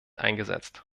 eingesetzt